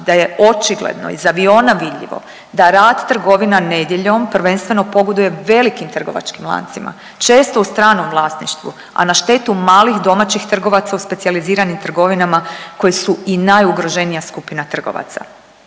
da je očigledno, iz aviona vidljivo da rad trgovina nedjeljom prvenstveno pogoduje veliki trgovačkim lancima često u stranom vlasništvu a na štetu malih domaćih trgovaca u specijaliziranim trgovinama koje su i najugroženija skupina trgovaca.